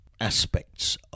aspects